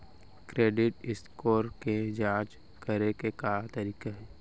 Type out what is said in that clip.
Credit score के जाँच करे के का तरीका हे?